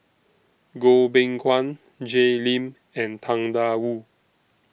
Goh Beng Kwan Jay Lim and Tang DA Wu